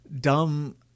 dumb